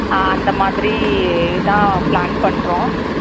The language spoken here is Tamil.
ஆ அந்தமாதிரி தான் ப்ளான் பண்ணுறோம்